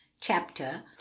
chapter